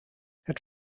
het